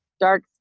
dark